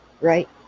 Right